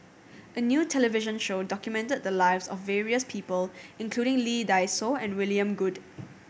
a new television show documented the lives of various people including Lee Dai Soh and William Goode